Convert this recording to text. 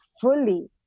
fully